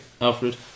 Alfred